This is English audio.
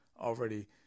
already